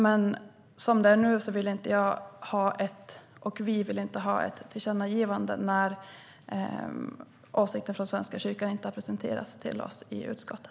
Men som det är nu vill vi inte ha ett tillkännagivande när åsikter från Svenska kyrkan inte har presenterats för oss i utskottet.